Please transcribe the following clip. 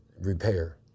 repair